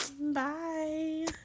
Bye